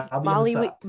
Molly